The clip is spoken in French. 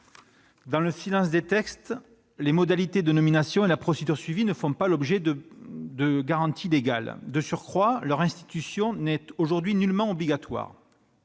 dans le silence des textes, leurs modalités de nomination et la procédure suivie ne font pas l'objet de garanties légales. De surcroît, leur institution n'est aujourd'hui nullement obligatoire.